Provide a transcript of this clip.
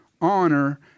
honor